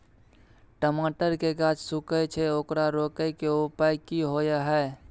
टमाटर के गाछ सूखे छै ओकरा रोके के उपाय कि होय है?